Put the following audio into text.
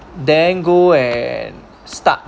then go and start